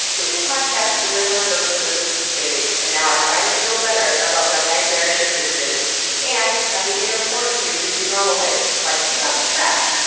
this podcast delivered those goods in spades and now i finally feel better about my nightmarish existence and have the inner fortitude to do normal things like take out the trash.